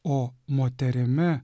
o moterimi